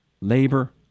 Labor